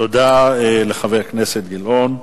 תודה לחבר הכנסת גילאון.